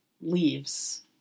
leaves